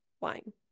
wine